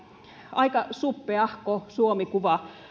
aika suppeahko suomi kuva